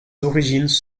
origines